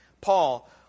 Paul